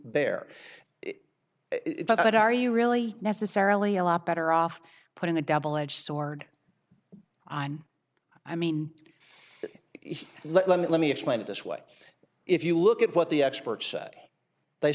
but are you really necessarily a lot better off putting a double edge sword on i mean let me let me explain it this way if you look at what the experts th